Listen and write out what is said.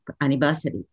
anniversary